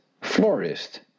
Florist